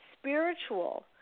Spiritual